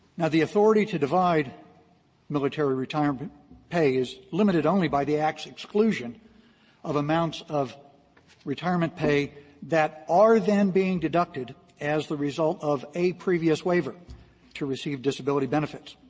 now, the authority to divide military retirement pay is limited only by the act's exclusion of amounts of retirement pay that are then being deducted as the result of a previous waiver to receive disability benefits.